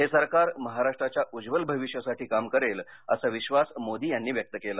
हे सरकार महाराष्ट्राच्या उज्ज्वल भविष्यासाठी काम करेल असा विश्वास मोदी यांनी व्यक्त केला